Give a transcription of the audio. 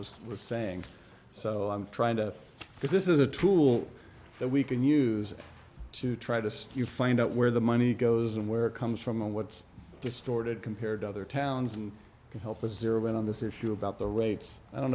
t was saying so i'm trying to because this is a tool that we can use to try to you find out where the money goes and where it comes from a what's distorted compared to other towns and to help us zero in on this issue about the rates i don't